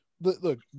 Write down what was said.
look